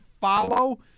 follow